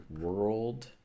world